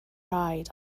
ride